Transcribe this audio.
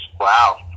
Wow